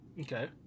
Okay